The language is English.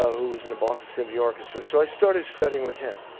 ah who was in the boston symphony orchestra. so i started studying with him.